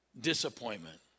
disappointment